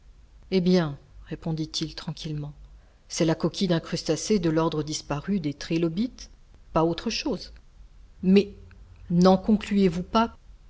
eh bien répondit-il tranquillement c'est la coquille d'un crustacé de l'ordre disparu des trilobites pas autre chose mais n'en concluez-vous pas